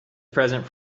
present